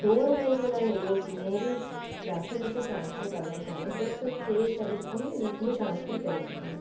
दो रपे कोला लेईयै जिन्ने बी पैसे ट्रांसफर करना चाह्न्ने तुस केह् करी सकने इज़ली ट्रांसफर करी सकने